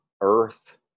Earth